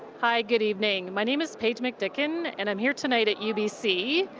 hi, good evening. my name is paige mcdicken, and i'm here tonight at u b c,